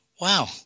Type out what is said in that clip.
wow